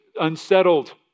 unsettled